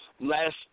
last